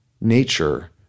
nature